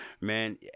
man